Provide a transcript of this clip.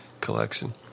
collection